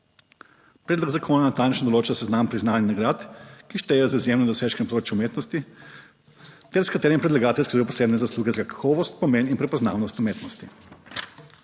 predlog zakona natančno določa seznam priznanj in nagrad, ki štejejo za izjemne dosežke na področju umetnosti ter s katerim predlagatelj skrbijo posebne zasluge za kakovost, pomen in prepoznavnost umetnosti.